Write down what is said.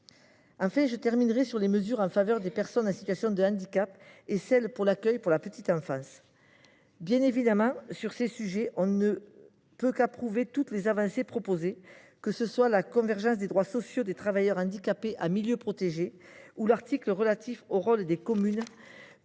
Enfin, je termine sur les mesures en faveur des personnes en situation de handicap et de la petite enfance. Bien évidemment, sur ces sujets, on ne peut qu’approuver toutes les avancées proposées, que ce soit la convergence des droits sociaux des travailleurs handicapés en milieu protégé, ou l’article relatif au rôle des communes